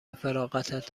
فراغتت